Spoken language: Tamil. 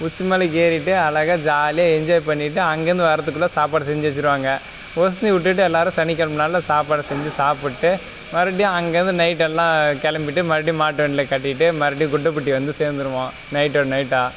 உச்சி மலைக்கு ஏறிவிட்டு அழகாக ஜாலியா என்ஜாய் பண்ணிவிட்டு அங்கேருந்து வரதுக்குள்ளே சாப்பாடு செஞ்சு வச்சுருவாங்க விட்டுட்டு எல்லாரும் சனிக்கிழம நாளில் சாப்பாடு செஞ்சு சாப்பிட்டு மறுபடியும் அங்கே இருந்து நைட் எல்லாம் கிளம்பிட்டு மறுபடியும் மாட்டு வண்டியில கட்டிகிட்டு மறுபடியும் குண்டம்பட்டி வந்து சேர்ந்துருவோம் நைட்டோட நைட்டாக